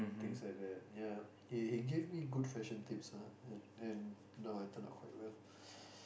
things like that yeah he he give me good fashion tips ah and and now I turn out quite well